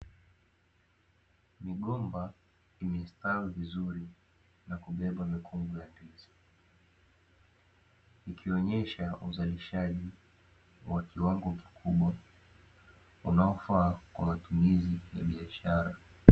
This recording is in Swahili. Migomba imestawi vizuri na kubeba mikungu ya ndizi, ikionyesha uzalishaji wa kiwango kikubwa, unaofaa kwa matumizi ya biashara.